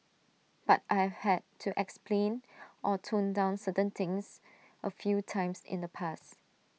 but I've had to explain or tone down certain things A few times in the past